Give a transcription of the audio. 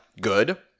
good